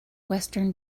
western